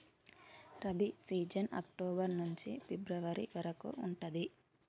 rabi season October నుంచి February వరకు ఉంటది